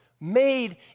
made